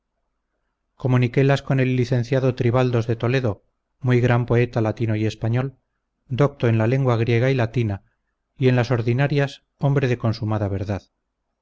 mundo comuniquélas con el licenciado tribaldos de toledo muy gran poeta latino y español docto en la lengua griega y latina y en las ordinarias hombre de consumada verdad